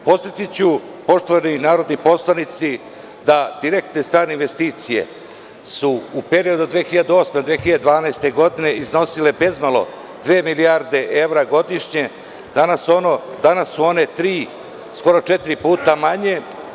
Podsetiću narodni poslanici, da direktne strane investicije su u periodu od 2008. do 2012. godine iznosile bezmalo dve milijarde evra godišnje, danas su one tri, skoro četiri puta manje.